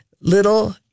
little